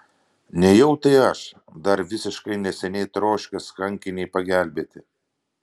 nejau tai aš dar visiškai neseniai troškęs kankinei pagelbėti